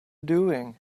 doing